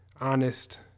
honest